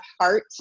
heart